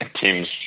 teams